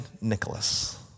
Nicholas